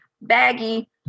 baggy